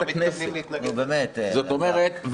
זאת אומרת,